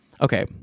okay